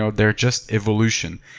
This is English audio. so they're just evolution.